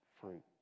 fruit